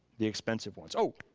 the expensive ones, oh.